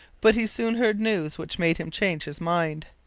but he soon heard news which made him change his mind,